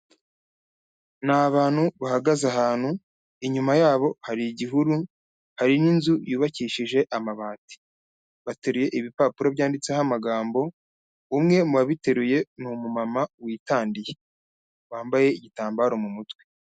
Ni abantu bahagaze ahantu, inyuma yabo hari igihuru, hari n'inzu yubakishije amabati. Bateruye ibipapuro byanditseho amagambo, umwe mu babiteruye ni umumama witandiye wambaye igitambaro mu mutwe.